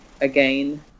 again